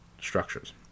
structures